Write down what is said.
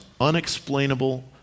unexplainable